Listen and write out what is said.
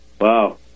Wow